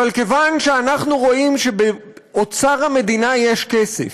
אבל כיוון שאנחנו רואים שבאוצר המדינה יש כסף,